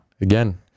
again